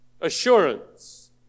Assurance